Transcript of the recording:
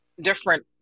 different